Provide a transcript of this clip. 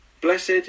Blessed